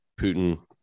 putin